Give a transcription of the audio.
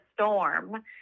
storm